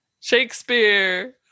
Shakespeare